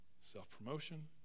self-promotion